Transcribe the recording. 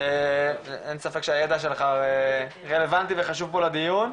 אין ספק שהידע שלך רלוונטי וחשוב פה לדיון,